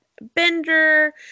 bender